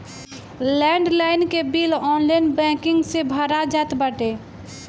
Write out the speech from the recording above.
land line के bill online banking से भरा जात बाटे